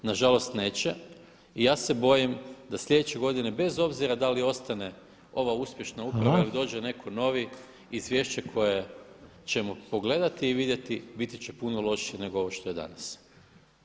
Nažalost neće i ja se bojim da slijedeće godine bez obzira da li ostaje ova uspješna uprava ili dođe netko novi izvješće koje ćemo pogledati i vidjeti biti će puno lošije nego ovo što je danas.